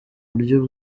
buryo